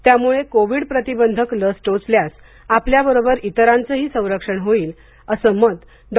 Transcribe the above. त्यामुळे कोविड प्रतिबंधक लस टोचल्यास आपल्याबरोबर इतरांचेही संरक्षण होईल असे मत डॉ